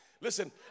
listen